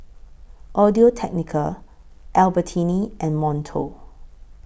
Audio Technica Albertini and Monto